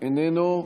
איננו,